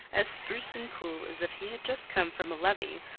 as spruce and cool as if he had just come from a levee,